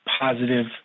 positive